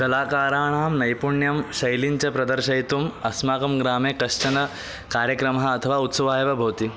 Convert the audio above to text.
कलाकाराणां नैपुण्यं शैलीं च प्रदर्शयितुम् अस्माकं ग्रामे कश्चन कार्यक्रमः अथवा उत्सवः एव भवति